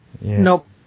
Nope